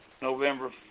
November